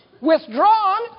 Withdrawn